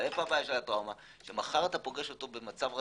איפה הבעיה של הטרומה שמחר אתה פוגש אותו במצב רגיל,